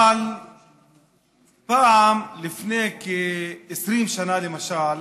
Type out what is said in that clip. אבל פעם, לפני כ-20 שנה למשל,